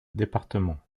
départements